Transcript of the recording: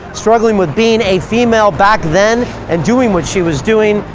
struggling with being a female back then, and doing what she was doing,